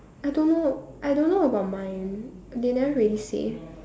I don't know I don't know about mine they never really say